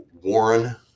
warren